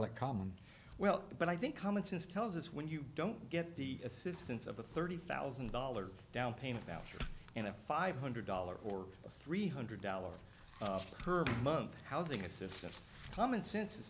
it common well but i think common sense tells us when you don't get the assistance of a thirty thousand dollars down payment voucher and a five hundred dollars or three hundred dollars per month housing assistance common sense is